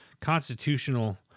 Constitutional